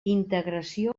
integració